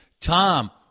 tom